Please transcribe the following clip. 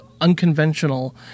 unconventional